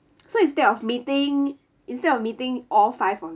so instead of meeting instead of meeting all five of